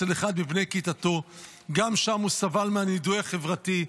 אחד מבני כיתתו וגם שם סבל מנידוי חברתי,